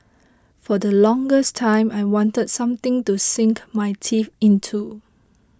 for the longest time I wanted something to sink my teeth into